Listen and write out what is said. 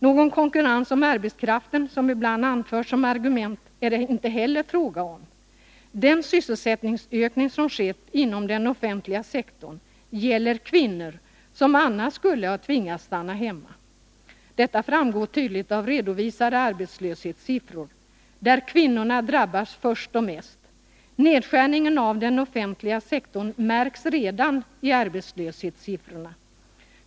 Någon konkurrens om arbetskraften — som ibland anförts som argument — är det inte heller fråga om. Den sysselsättningsökning som skett inom den offentliga sektorn gäller kvinnor som annars skulle ha tvingats stanna hemma. Detta framgår tydligt av redovisade arbetslöshetssiffror, där kvinnorna drabbas först och mest. Nedskärningen av den offentliga sektorn märks redan i arbetslöshetssiffrorna.